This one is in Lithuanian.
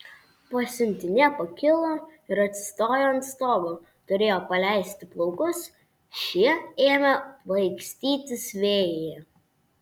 pasiuntinė pakilo ir atsistojo ant stogo turėjo paleisti plaukus šie ėmė plaikstytis vėjyje